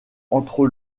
entre